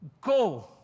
go